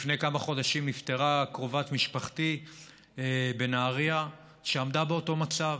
לפני כמה חודשים נפטרה קרובת משפחתי בנהריה שעמדה באותו מצב,